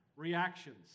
Reactions